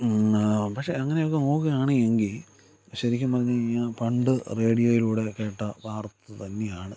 പക്ഷേ അങ്ങനെയൊക്കെ നോക്കുകയാണ് എങ്കിൽ ശരിക്കും പറഞ്ഞുകഴിഞ്ഞാൽ പണ്ട് റേഡിയോയിലൂടെ കേട്ട വാർത്ത തന്നെയാണ്